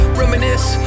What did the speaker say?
reminisce